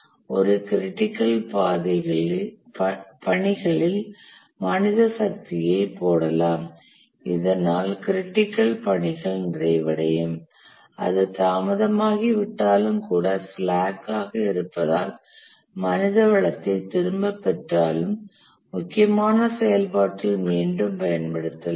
ஒரு க்ரிட்டிக்கல் பணிகளில் மனித சக்தியை போடலாம் இதனால் க்ரிட்டிக்கல் பணிகள் நிறைவடையும் அது தாமதமாகிவிட்டாலும் கூட ஸ்லாக் ஆக இருப்பதால் மனிதவளத்தை திரும்பப் பெற்றாலும் முக்கியமான செயல்பாட்டில் மீண்டும் பயன்படுத்தலாம்